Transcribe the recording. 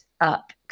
up